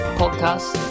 podcast